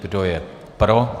Kdo je pro?